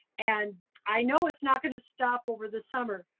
and i know it's not gonna stop over the summer,